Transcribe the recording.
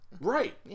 right